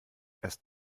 erst